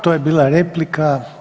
To je bila replika.